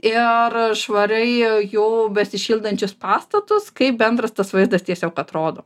ir švariai jau besišildančius pastatus kaip bendras tas vaizdas tiesiog atrodo